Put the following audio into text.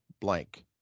blank